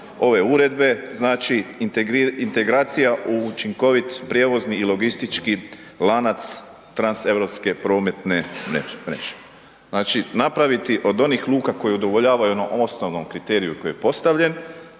ove uredbe, znači, integracija u učinkovit prijevozni i logistički lanac transeuropske prometne mreže. Znači, napraviti od onih luka koje udovoljavaju onom osnovnom kriteriju koji je postavljen,